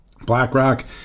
BlackRock